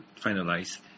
finalized